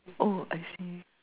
oh I see